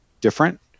different